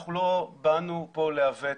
אנחנו לא באנו להיאבק,